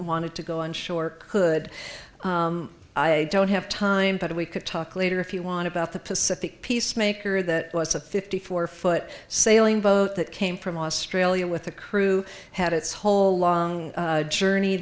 wanted to go on shore could i don't have time but we could talk later if you want about the pacific peacemaker that was a fifty four foot sailing boat that came from australia with the crew had its whole long journey